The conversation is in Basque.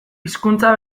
hizkuntza